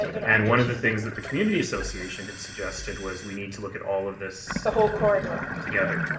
but and one of the things that the community association had suggested was we need to look at all of this the whole corridor. together.